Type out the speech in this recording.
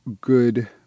good